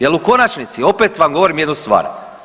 Jer u konačnici, opet vam govorim jednu stvar.